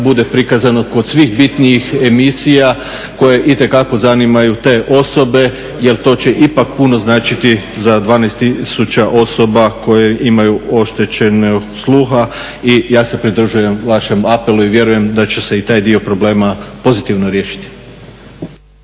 bude prikazano kad svih bitnijih emisija koje itekako zanimaju te osobe, jel to će ipak puno značiti za 12 tisuća osoba koje imaju oštećenje sluha i ja se pridružujem vašem apelu i vjerujem da će se i taj dio problema pozitivno riješiti.